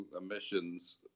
emissions